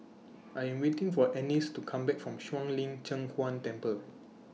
I Am waiting For Annis to Come Back from Shuang Lin Cheng Huang Temple